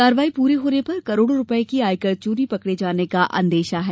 कार्यवाही पूरे होने पर करोड़ों रुपए की आयकर चोरी पकड़े जाने का अंदेशा है